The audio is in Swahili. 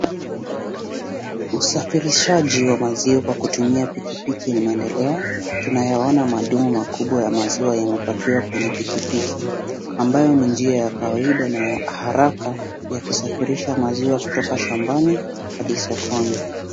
Usafirishaji wa maziwa kutumia pikipiki inaendelea. Tunayaona madumu makubwa ya maziwa yamepakiwa kwenye pikipiki ambayo ni njia ya kawaida na ya haraka kusafirisha maziwa kutoka shambani hadi sokoni.